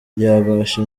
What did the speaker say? yabasha